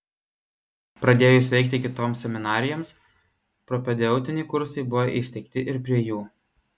pradėjus veikti kitoms seminarijoms propedeutiniai kursai buvo įsteigti ir prie jų